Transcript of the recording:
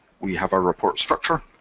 we have our report structure,